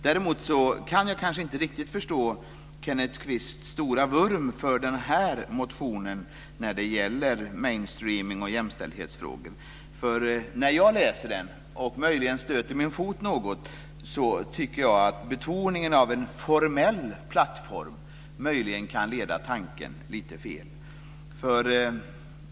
Däremot kan jag kanske inte riktigt förstå Kenneth Kvists stora vurm för den här motionen när det gäller mainstreaming och jämställdhetsfrågor. När jag läser den, och möjligen stöter min fot något, tycker jag att betoningen av en formell plattform möjligen kan leda tanken lite fel.